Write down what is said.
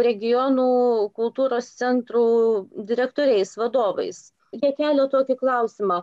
regionų kultūros centrų direktoriais vadovais jie kelia tokį klausimą